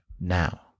now